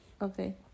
okay